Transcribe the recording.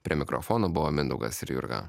prie mikrofono buvo mindaugas ir jurga